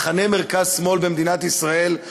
מחנה מרכז-שמאל במדינת ישראל,